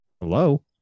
hello